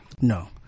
No